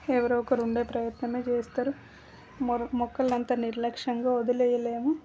ఎవరో ఒకరు ఉండే ప్రయత్నమే చేస్తారు మరొ మొక్కలనంత నిర్లక్ష్యంగా వదిలేయలేము